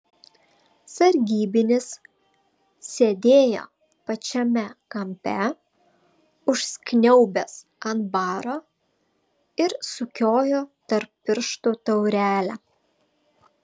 sargybinis sėdėjo pačiame kampe užsikniaubęs ant baro ir sukiojo tarp pirštų taurelę